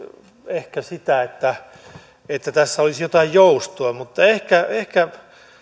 ehkä sitä että että tässä olisi jotain joustoa mutta ehkä ehkä